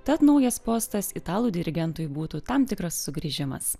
tad naujas postas italų dirigentui būtų tam tikras sugrįžimas